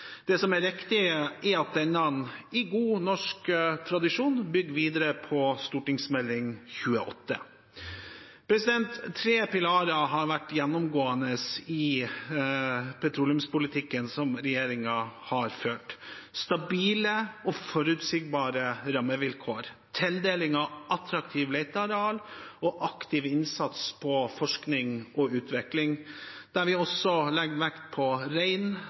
Det som er riktig, er at denne i god norsk tradisjon bygger videre på Meld. St. 28 for 2010–2011. Tre pilarer har vært gjennomgående i petroleumspolitikken som regjeringen har ført: stabile og forutsigbare rammevilkår, tildeling av attraktive letearealer og aktiv innsats på forskning og utvikling – der vi også legger vekt på